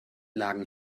lagen